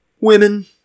women